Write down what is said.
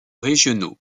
régionaux